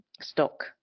stock